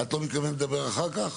את לא מתכוונת לדבר אחר כך?